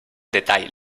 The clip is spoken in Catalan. detall